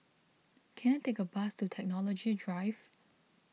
can I take a bus to Technology Drive